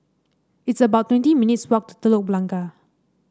it's about twenty minutes' walk to Telok Blangah